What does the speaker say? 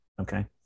okay